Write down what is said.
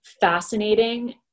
fascinating